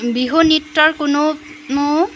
বিহু নৃত্যৰ কোনো নো